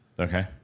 Okay